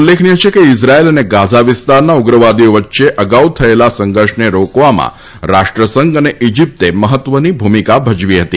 ઉલ્લેખનીય છે કે ઇઝરાયેલ અને ગાઝા વિસ્તારના ઉગ્રવાદીઓ વચ્ચે અગાઉ થયેલા સંઘર્ષને રોકવામાં રાષ્ટ્રસંઘ અને ઇજિપ્તે મહત્વની ભૂમિકા ભજવા હતી